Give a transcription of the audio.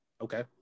okay